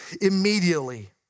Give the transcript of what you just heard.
immediately